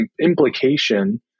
implication